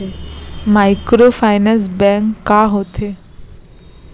Microfinance bank का होथे?